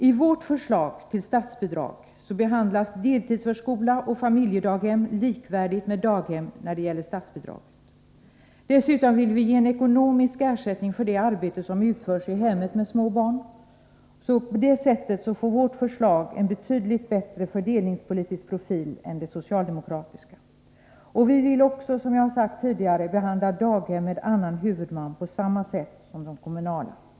I vårt förslag till statsbidragssystem behandlas deltidsförskolor och familjedaghem likvärdigt med daghem när det gäller statsbidrag. Dessutom vill vi ge en ekonomisk ersättning för det arbete med småbarn som utförs i hemmet, en vårdnadsersättning. På det sättet får vårt förslag en betydligt bättre fördelningspolitisk profil än det socialdemokratiska. Vi vill också, som jag har sagt tidigare, behandla daghem med annan huvudman på samma sätt som de kommunala daghemmen.